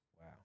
Wow